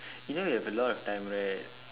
you know you have a lot of time right